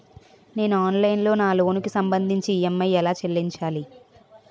నేను ఆన్లైన్ లో నా లోన్ కి సంభందించి ఈ.ఎం.ఐ ఎలా చెల్లించాలి?